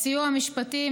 הסיוע המשפטי,